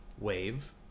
wave